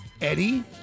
eddie